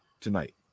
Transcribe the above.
tonight